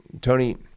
Tony